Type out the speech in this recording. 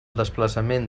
desplaçament